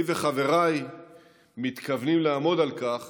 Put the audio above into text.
אני וחבריי מתכוונים לעמוד על כך